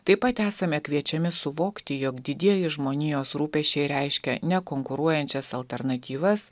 taip pat esame kviečiami suvokti jog didieji žmonijos rūpesčiai reiškia ne konkuruojančias alternatyvas